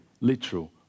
literal